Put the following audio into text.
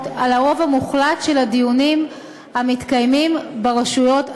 על הרוב המוחלט של הדיונים המתקיימים ברשויות הציבוריות.